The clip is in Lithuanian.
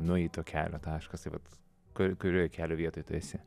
nueito kelio taškas tai vat kur kurioj kelio vietoj tu esi